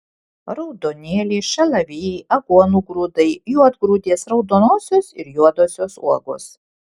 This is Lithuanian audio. raudonėliai šalavijai aguonų grūdai juodgrūdės raudonosios ir juodosios uogos